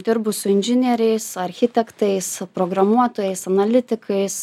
dirbu su inžinieriais architektais programuotojais analitikasis